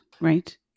right